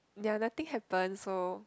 there are nothing happen so